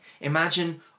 Imagine